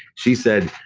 she said,